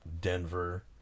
Denver